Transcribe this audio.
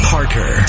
Parker